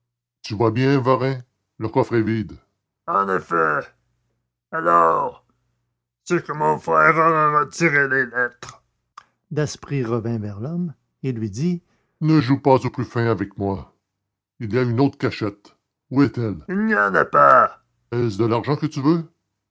tu vois bien varin le coffre est vide en effet alors c'est que mon frère aura retiré les lettres daspry revint vers l'homme et lui dit ne joue pas au plus fin avec moi il y a une autre cachette où est-elle il n'y en a pas est-ce de l'argent que tu veux